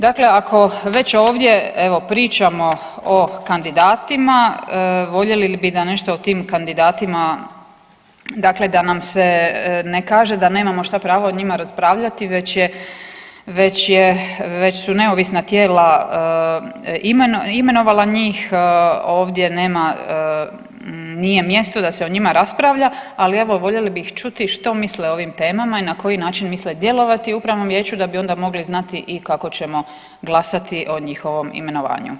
Dakle, ako već ovdje evo pričamo o kandidatima, voljeli bi da nešto o tim kandidatima, dakle da nam se ne kaže da nemamo šta pravo o njima raspravljati već je, već je, već su neovisna tijela imenovala njih, ovdje nema, nije mjesto da se o njima raspravlja, ali evo voljeli bih čuti što misle o ovim temama i na koji način misle djelovati u upravnom vijeću da bi onda mogli znati i kako ćemo glasati o njihovom imenovanju.